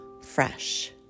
fresh